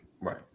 Right